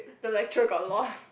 the lecturer got lost